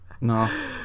No